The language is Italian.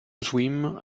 swim